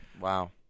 Wow